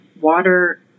water